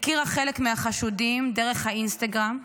הכירה חלק מהחשודים דרך האינסטגרם,